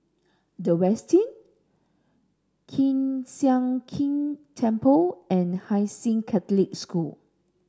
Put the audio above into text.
The Westin Kiew Sian King Temple and Hai Sing Catholic School